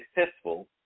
successful